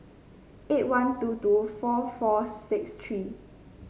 eight one two two four four six three